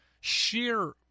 sheer